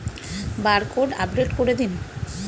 Barcode update করে দিন?